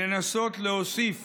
לנסות להוסיף